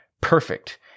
perfect